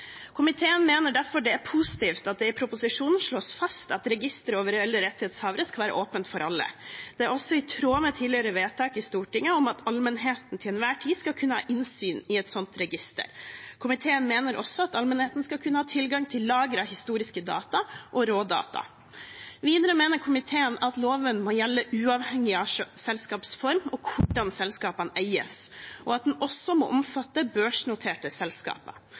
Komiteen mener derfor det er positivt at det i proposisjonen slås fast at registeret over reelle rettighetshavere skal være åpent for alle. Det er også i tråd med tidligere vedtak i Stortinget om at allmennheten til enhver tid skal kunne ha innsyn i et sånt register. Komiteen mener også at allmennheten skal kunne ha tilgang til lagrede historiske data og rådata. Videre mener komiteen at loven må gjelde uavhengig av selskapsform og hvordan selskapene eies, og at den også må omfatte børsnoterte selskaper.